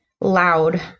loud